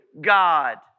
God